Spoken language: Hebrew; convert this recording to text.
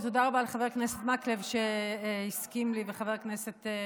ותודה רבה לחבר הכנסת מקלב ולחבר הכנסת גפני,